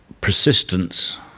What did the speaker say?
persistence